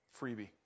freebie